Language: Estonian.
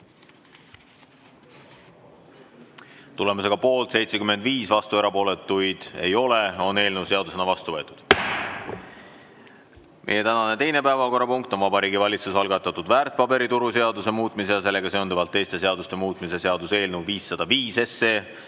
Tulemusega poolt 75, vastuolijaid ega erapooletuid ei ole, on eelnõu seadusena vastu võetud. Meie tänane teine päevakorrapunkt on Vabariigi Valitsuse algatatud väärtpaberituru seaduse muutmise ja sellega seonduvalt teiste seaduste muutmise seaduse eelnõu 505